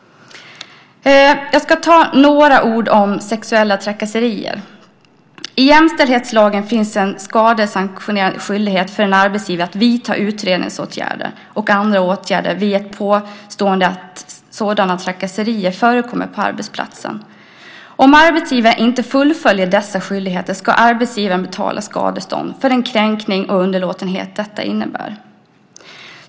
Jag ska nämna några ord om sexuella trakasserier. I jämställdhetslagen finns en skadesanktionerad skyldighet för en arbetsgivare att vidta utredningsåtgärder och andra åtgärder vid ett påstående att sådana trakasserier förekommer på arbetsplatsen. Om arbetsgivaren inte fullföljer dessa skyldigheter ska arbetsgivaren betala skadestånd för den kränkning och underlåtenhet som detta innebär.